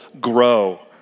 grow